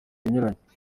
inyuranye